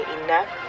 enough